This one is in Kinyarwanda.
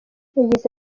yagize